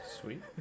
Sweet